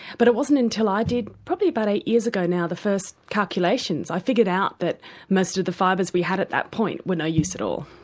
but it wasn't until i did, probably about eight years ago now, the first calculations. i figured out that most of the fibres we had at that point were no use at all,